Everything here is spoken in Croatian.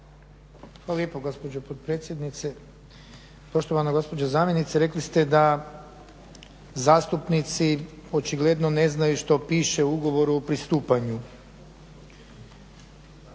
Hvala lijepo gospođo potpredsjednice. Poštovana gospođo zamjenice, rekli ste da zastupnici očigledno ne znaju što piše u ugovoru o pristupanju. Ono